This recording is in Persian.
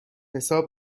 حساب